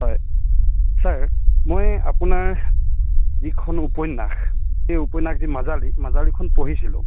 হয় ছাৰ মই আপোনাৰ যিখন উপন্যাস সেই উপন্যাস যি মাজালী মাজালীখন পঢ়িছিলোঁ